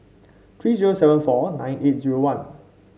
three zero seven four nine eight zero one